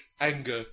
anger